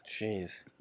Jeez